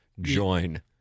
Join